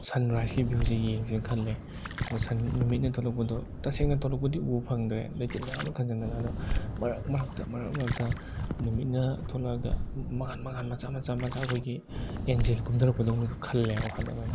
ꯁꯟ ꯔꯥꯏꯖꯀꯤ ꯕꯤꯎꯁꯤ ꯌꯦꯡꯁꯦꯅ ꯈꯜꯂꯦ ꯑꯗꯣ ꯁꯟ ꯅꯨꯃꯤꯠꯅ ꯊꯣꯛꯂꯛꯄꯗꯣ ꯇꯁꯦꯡꯅ ꯊꯣꯛꯂꯛꯄꯗꯤ ꯎꯕ ꯐꯪꯗ꯭ꯔꯦ ꯂꯩꯆꯤꯟ ꯃꯌꯥꯝꯅ ꯈꯟꯖꯤꯟꯗꯅ ꯑꯗꯣ ꯃꯔꯛ ꯃꯔꯛꯇ ꯃꯔꯛ ꯃꯔꯛꯇ ꯅꯨꯃꯤꯠꯅ ꯊꯣꯛꯂꯛꯑꯒ ꯃꯉꯥꯟ ꯃꯉꯥꯟ ꯃꯆꯥ ꯃꯆꯥ ꯃꯆꯥ ꯑꯩꯈꯣꯏꯒꯤ ꯑꯦꯟꯖꯦꯜ ꯀꯨꯝꯊꯔꯛꯄꯗꯧꯅꯒ ꯈꯜꯂꯦ ꯋꯥꯈꯜꯗ ꯑꯩꯈꯣꯏꯅ